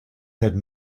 had